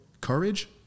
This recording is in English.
courage